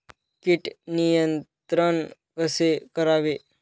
कीड नियंत्रण कसे करावे?